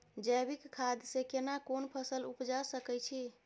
जैविक खाद से केना कोन फसल उपजा सकै छि?